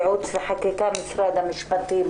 ייעוץ וחקיקה משרד המשפטים,